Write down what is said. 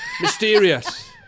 mysterious